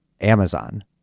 Amazon